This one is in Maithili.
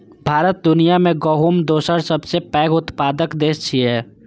भारत दुनिया मे गहूमक दोसर सबसं पैघ उत्पादक देश छियै